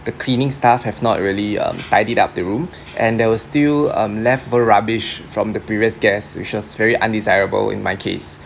the cleaning staff have not really um tidied up the room and there was still um leftover rubbish from the previous guests which was very undesirable in my case